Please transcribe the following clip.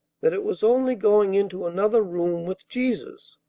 that it was only going into another room with jesus.